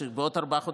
שבעוד ארבעה חודשים,